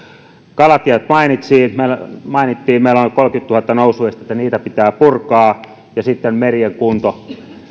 kalatiet mainittiin mainittiin meillä on kolmekymmentätuhatta nousuestettä niitä pitää purkaa ja sitten merien kunto